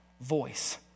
voice